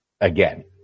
again